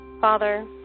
father